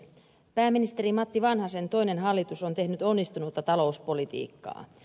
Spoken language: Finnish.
pääministeri matti vanhasen toinen hallitus on tehnyt onnistunutta talouspolitiikkaa